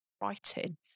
writing